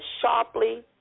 sharply